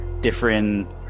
different